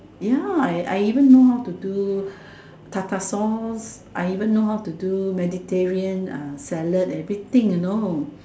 ya I I even know how to do Tartar sauce I even know how to do Mediterranean salad everything you know